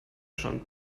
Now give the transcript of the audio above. schon